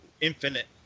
infinite